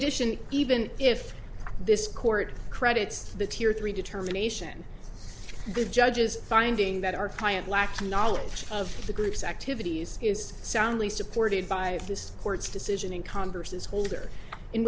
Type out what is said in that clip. addition even if this court credits the tier three determination the judge's finding that our client lacked knowledge of the group's activities is soundly supported by this court's decision in congress as holder in